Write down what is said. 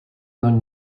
non